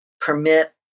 permit